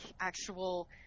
actual